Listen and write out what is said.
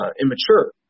immature